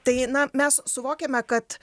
tai na mes suvokiame kad